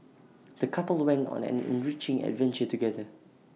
the couple went on an enriching adventure together